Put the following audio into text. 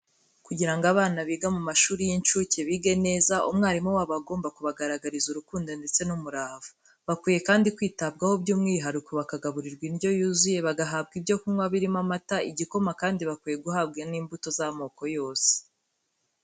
Kugira ngo abana biga mu mashuri y'inshuke bige neza, umwarimu wabo agomba kubagaragariza urukundo ndetse n'umurava. Bakwiye kandi kwitabwaho by'umwihariko bakagaburirwa indyo yuzuye, bagahabwa ibyo kunywa birimo amata, igikoma kandi bakwiye guhabwa n'imbuto z'amoko yose.